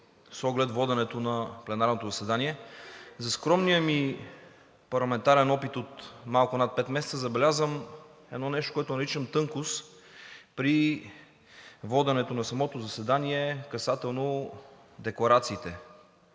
с оглед воденето на пленарното заседание. За скромния ми парламентарен опит от малко над пет месеца забелязвам едно нещо, което наричам тънкост при воденето на самото заседание касателно декларациите.